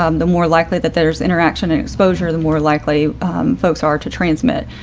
um the more likely that there's interaction and exposure, the more likely folks are to transmit.